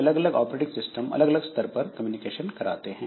अलग अलग operating system अलग अलग स्तर पर कम्युनिकेशन कराते हैं